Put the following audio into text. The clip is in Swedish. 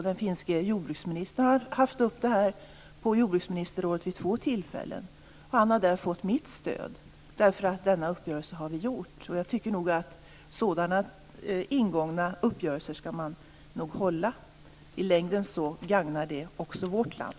Den finske jordbruksministern har tagit upp detta på jordbruksministerrådet vid två tillfällen. Han har där fått mitt stöd, eftersom vi har gjort denna uppgörelse. Jag tycker nog att man ska hålla sådana ingångna uppgörelser. I längden gagnar det också vårt land.